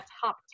top